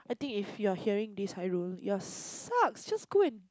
I think if you're hearing this you're sucks just go and